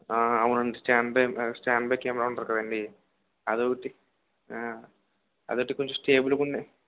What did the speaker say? అవునండి standby standby camera ఉంటుంది కదండి అదొకటి అదొకటి కొంచెం స్టెబులుగున్న